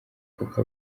kuko